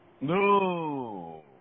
No